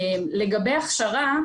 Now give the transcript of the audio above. לגבי הכשרה,